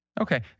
Okay